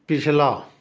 ਪਿਛਲਾ